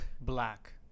Black